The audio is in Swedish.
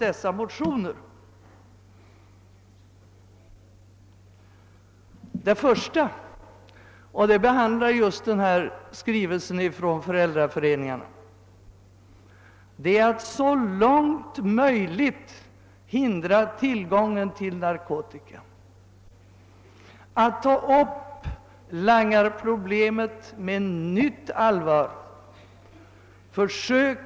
Det gäller för det första — vilket behandlas i den nämnda skrivelsen från föräldraföreningen — att så långt möjligt hindra tillgången till narkotika och att med nytt allvar ta upp langarproblemet.